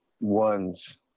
ones